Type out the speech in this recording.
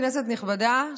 כנסת נכבדה,